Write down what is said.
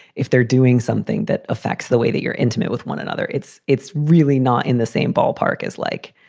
if they're doing something that affects the way that you're intimate with one another, it's it's really not in the same ballpark as like,